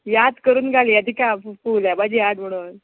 याद करून घालया तिका फू फुल्या भाजी हाड म्हणून